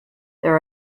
there